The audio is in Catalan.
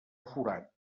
forat